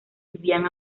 vivían